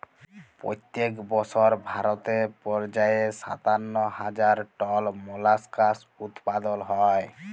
পইত্তেক বসর ভারতে পর্যায়ে সাত্তান্ন হাজার টল মোলাস্কাস উৎপাদল হ্যয়